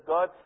God